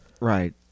Right